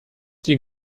die